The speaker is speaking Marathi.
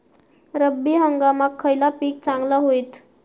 रब्बी हंगामाक खयला पीक चांगला होईत?